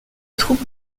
troupes